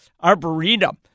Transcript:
Arboretum